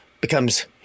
becomes